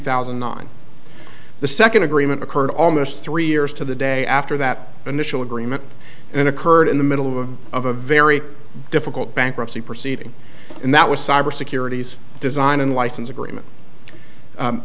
thousand and nine the second agreement occurred almost three years to the day after that initial agreement and occurred in the middle of a very difficult bankruptcy proceeding and that was cyber securities design in license agreement